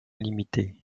limités